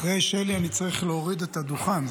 אחרי שלי אני צריך להוריד את הדוכן.